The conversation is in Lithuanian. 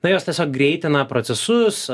na jos tiesiog greitina procesus